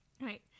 right